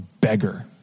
beggar